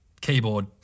keyboard